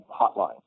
hotline